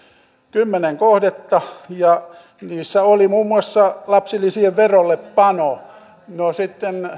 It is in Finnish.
kymmenen kohdetta ja niissä oli muun muassa lapsilisien verollepano no kun